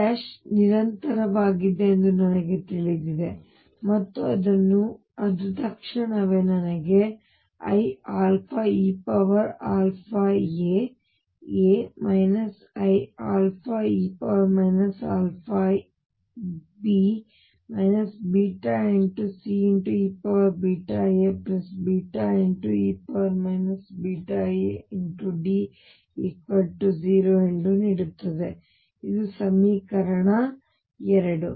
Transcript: ψ ನಿರಂತರವಾಗಿದೆ ಎಂದು ನನಗೆ ತಿಳಿದಿದೆ ಮತ್ತು ಅದು ತಕ್ಷಣವೇ ನನಗೆ ieiαaA ie iαB Ceβae βaD0 ನೀಡುತ್ತದೆ ಅದು ನನ್ನ ಸಮೀಕರಣ 2